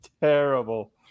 terrible